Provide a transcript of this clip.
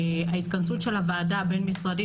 ההתכנסות של הוועדה הבין-משרדית,